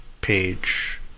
page